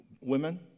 women